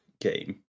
game